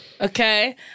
Okay